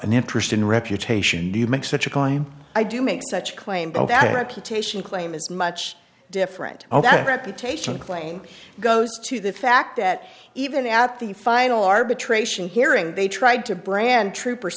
an interest in reputation you make such a crime i do make such claim but that reputation claim is much different all that reputation claim goes to the fact that even at the final arbitration hearing they tried to brand trooper